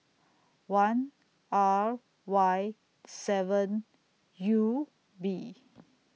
one R Y seven U B